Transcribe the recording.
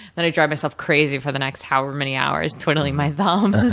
then, i drive myself crazy for the next however many hours, twiddling my thumbs.